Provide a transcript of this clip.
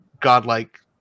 godlike